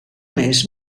més